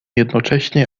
jednocześnie